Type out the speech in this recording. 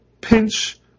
pinch